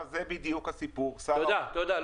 אז זה בדיוק הסיפור, -- תודה, תודה.